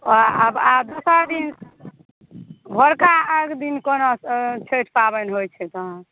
ओ आब दोसर दिन सँ भोरका अर्घ्य दिन कोना छठि पाबनि होइ छै तहन